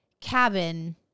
cabin